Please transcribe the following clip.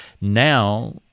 now